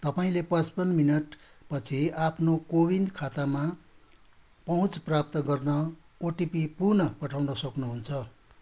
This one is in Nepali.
तपाईँँले पच्चपन मिनट पछि आफ्नो को विन खातामा पहुँच प्राप्त गर्न ओटिपी पुन पठाउन सक्नुहुन्छ